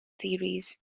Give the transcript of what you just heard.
series